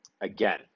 again